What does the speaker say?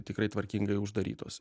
tikrai tvarkingai uždarytos